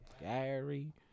Gary